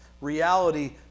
reality